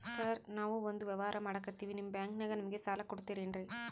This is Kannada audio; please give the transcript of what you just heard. ಸಾರ್ ನಾವು ಒಂದು ವ್ಯವಹಾರ ಮಾಡಕ್ತಿವಿ ನಿಮ್ಮ ಬ್ಯಾಂಕನಾಗ ನಮಿಗೆ ಸಾಲ ಕೊಡ್ತಿರೇನ್ರಿ?